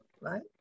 right